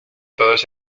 todos